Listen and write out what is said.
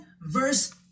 verse